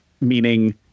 meaning